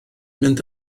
mynd